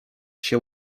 się